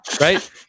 right